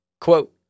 quote